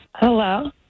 Hello